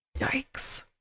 Yikes